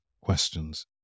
questions